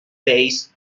based